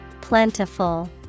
Plentiful